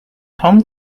tom